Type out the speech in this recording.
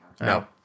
No